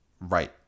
Right